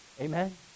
Amen